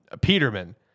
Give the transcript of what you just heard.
Peterman